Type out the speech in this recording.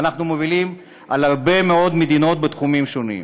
ואנחנו מובילים על הרבה מאוד מדינות בתחומים שונים.